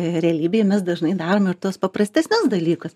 realybėj mes dažnai darome tuos paprastesnius dalykus